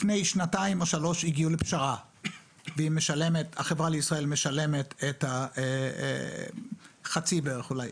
לפני שנתיים או שלוש הגיעו לפשרה והחברה לישראל משלמת חצי בערך אולי,